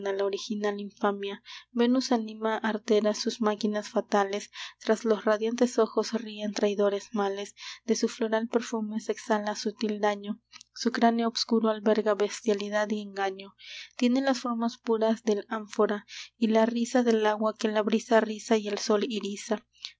la original infamia venus anima artera sus máquinas fatales tras los radiantes ojos ríen traidores males de su floral perfume se exhala sutil daño su cráneo obscuro alberga bestialidad y engaño tiene las formas puras del ánfora y la risa del agua que la brisa riza y el sol irisa